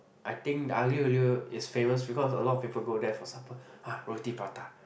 I think the aglio-olio is famous because a lot of people go there for supper ah roti-prata